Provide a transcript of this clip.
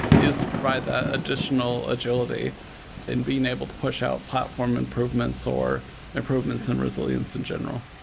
is to provide that additional agility and being able to push out platform improvements or improvements in resilience in general.